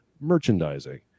merchandising